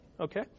Okay